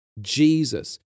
Jesus